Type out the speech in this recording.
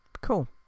cool